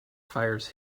fires